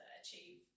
achieve